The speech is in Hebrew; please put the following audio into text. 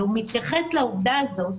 והוא מתייחס לעובדה הזאת.